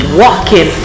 walking